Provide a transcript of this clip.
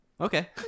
Okay